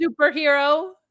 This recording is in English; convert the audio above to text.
superhero